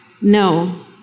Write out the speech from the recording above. no